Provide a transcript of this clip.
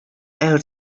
owe